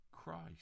Christ